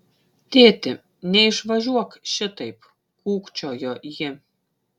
tėti neišvažiuok šitaip kūkčiojo ji